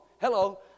hello